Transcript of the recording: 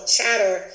Chatter